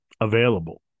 available